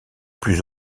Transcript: plus